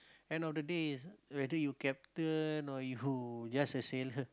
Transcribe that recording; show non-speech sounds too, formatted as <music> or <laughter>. end of the day is whether you captain or you <breath> just a sailor